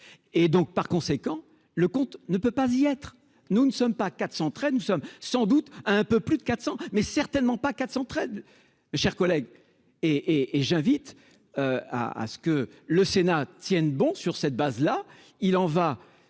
Et donc par conséquent le compte ne peut pas y être. Nous ne sommes pas 400 très nous sommes sans doute un peu plus de 400, mais certainement pas quatre très chers collègues et et j'invite. À à ce que le Sénat tienne bon sur cette base là,